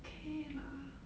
okay lah